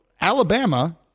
Alabama